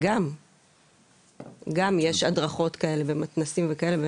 גם יש הדרכות כאלה ומתנ"סים וכאלה.